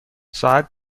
ساعت